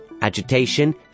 agitation